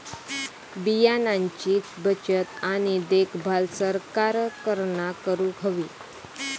बियाणांची बचत आणि देखभाल सरकारना करूक हवी